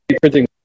printing